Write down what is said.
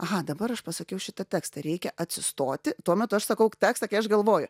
aha dabar aš pasakiau šitą tekstą reikia atsistoti tuo metu aš sakau tekstą kai aš galvoju